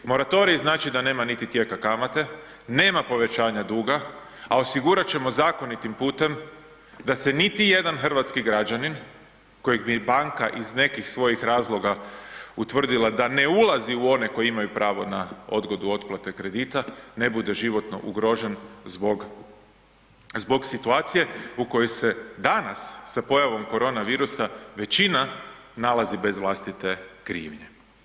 Moratorij znači da nema tijeka kamate, nema povećanja duga, a osigurat ćemo zakonitim putem da se niti jedan hrvatski građanin kojeg bi banka iz nekih svojih razloga utvrdila da ne ulazi u one koji imaju pravo na odgodu otplate kredita ne bude životno ugrožen zbog situacije u kojoj se danas sa pojavom korona virusa većina nalazi bez vlastite krivnje.